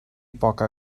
poca